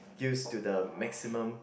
used to the maximum